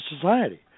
society